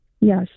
Yes